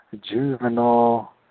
juvenile